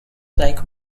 like